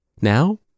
Now